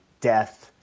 death